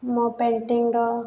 ମୋ ପେଣ୍ଟିଂର